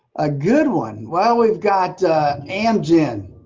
a good one? well we've got amgen,